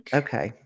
okay